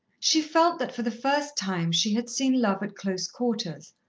she felt that for the first time she had seen love at close quarters,